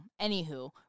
Anywho